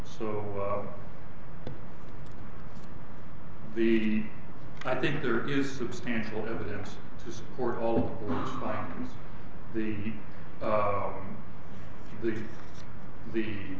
so the i think there is substantial evidence to support all the the the